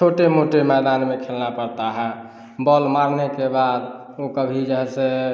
छोटे मोटे मैदान में खेलना पड़ता है बॉल मारने के बाद वो कभी जैसे